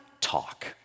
talk